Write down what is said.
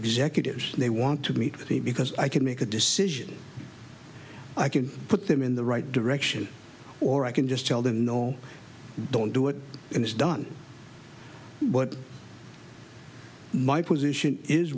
executives they want to meet with me because i can make a decision i can put them in the right direction or i can just tell them no don't do it and it's done what my position is